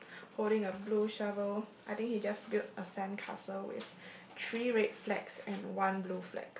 holding a blue shovel I think he just built a sandcastle with three red flags and one blue flag